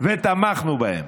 ותמכנו בהם: